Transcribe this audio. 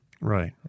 Right